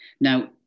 Now